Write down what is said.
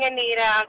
Anita